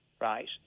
right